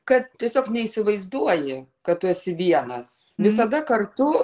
kad tiesiog neįsivaizduoji kad tu esi vienas visada kartu